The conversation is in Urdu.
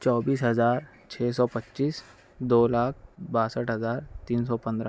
چوبیس ہزار چھ سو پچیس دو لاکھ باسٹھ ہزار تین سو پندرا